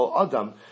Adam